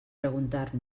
preguntar